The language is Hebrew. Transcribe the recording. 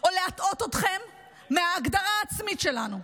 או להטעות אתכם מההגדרה העצמית שלנו.